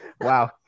Wow